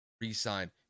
re-sign